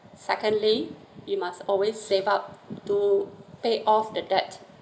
secondly you must always save up to pay off the debt